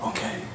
Okay